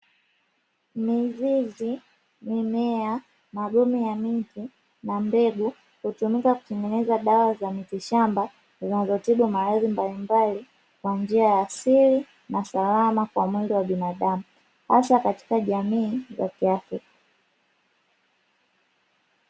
Mizizi, mimea, magome ya miti na mbegu hutumika kutengeneza dawa za mitishamba, zinazotibu maradhi mbalimbali kwa njia ya asili na salama kwa mwili wa binadamu hasa katika jamii za kiafrika.